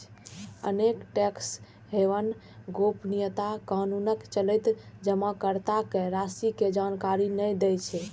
अनेक tax haven गोपनीयता कानूनक चलते जमाकर्ता के राशि के जानकारी नै दै छै